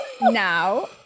Now